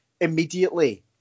immediately